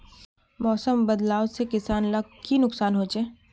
मौसम बदलाव से किसान लाक की नुकसान होचे?